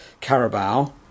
Carabao